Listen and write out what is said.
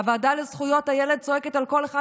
הוועדה לזכויות הילד צועקת על כל אחד